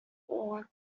what